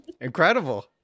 Incredible